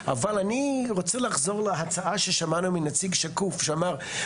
אבל אני רוצה לחזור להצעה ששמענו מנציג "שקוף" שאמר,